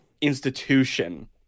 institution